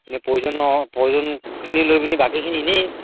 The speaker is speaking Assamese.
এনেই প্ৰয়োজনৰ প্ৰয়োজনখিনি লৈ পিনি বাকীখিনি ইনেই